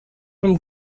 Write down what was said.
from